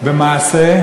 במעשה?